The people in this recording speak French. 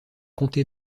comté